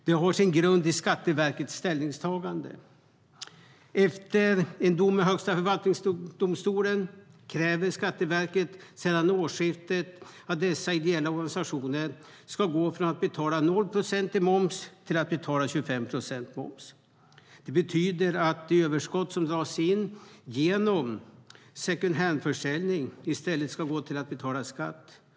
Det har sin grund i Skatteverkets ställningstagande. Efter en dom i Högsta förvaltningsdomstolen kräver Skatteverket sedan årsskiftet att dessa ideella organisationer ska gå från att betala 0 procent i moms till att betala 25 procent i moms. Det betyder att det överskott som dras in genom second hand-försäljning i stället ska gå till att betala skatt.